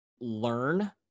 learn